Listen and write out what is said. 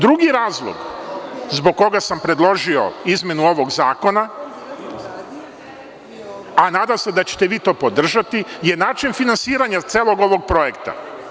Drugi razlog zbog koga sam predložio izmenu ovog zakona, a nadam se da ćete vi to podržati, je način finansiranja celog ovog projekta.